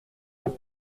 ans